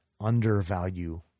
undervalue